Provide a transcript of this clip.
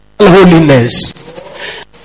holiness